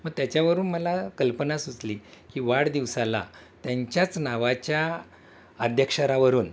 मग त्याच्यावरून मला कल्पना सुचली की वाढदिवसाला त्यांच्याच नावाच्या आद्याक्षरावरून